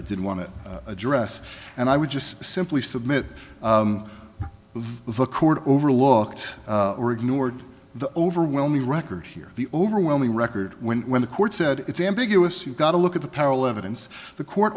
i didn't want to address and i would just simply submit the court overlooked or ignored the overwhelming record here the overwhelming record when the court said it's ambiguous you've got to look at the peril evidence the court